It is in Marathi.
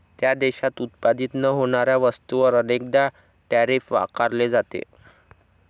त्या देशात उत्पादित न होणाऱ्या वस्तूंवर अनेकदा टैरिफ आकारले जाते